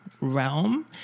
realm